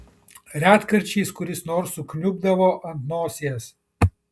retkarčiais kuris nors sukniubdavo ant nosies